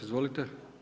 Izvolite.